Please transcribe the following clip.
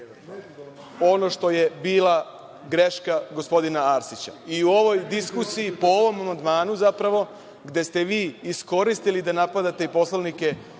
ono što je bila greška gospodina Arsića. I u ovoj diskusiji, po ovom amandmanu, zapravo, gde ste vi iskoristili da napadate poslanike